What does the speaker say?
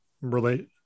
relate